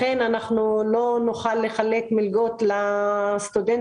לכן בתכנית הזאת לא נוכל לחלק מלגות לסטודנטים.